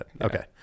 Okay